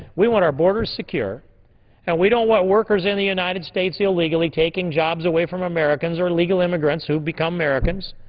we want our borders secure and we don't want workers in the united states illegally taking jobs away from americans or illegal immigrants who become americans,